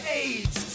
age